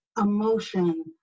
emotion